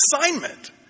assignment